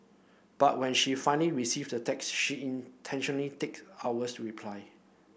but when she finally receive the text she intentionally take hours to reply